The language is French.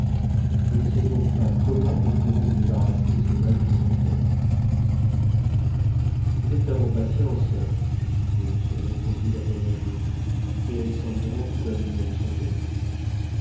je ne sais donc pas comment nous pourrons nous débarrasser de ces malfaisantes bêtes mais elles perdront patience je suppose répondit la voyageuse et elles s'en iront comme elles sont venues